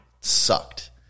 sucked